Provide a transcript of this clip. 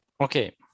okay